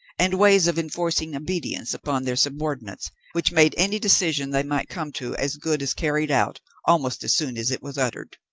and ways of enforcing obedience upon their subordinates which made any decision they might come to as good as carried out almost as soon as it was uttered.